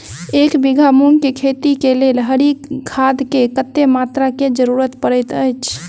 एक बीघा मूंग केँ खेती केँ लेल हरी खाद केँ कत्ते मात्रा केँ जरूरत पड़तै अछि?